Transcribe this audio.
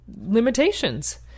limitations